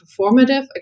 performative